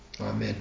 Amen